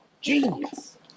Genius